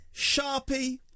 Sharpie